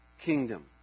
kingdom